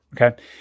okay